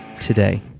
today